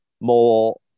more